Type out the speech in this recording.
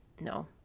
No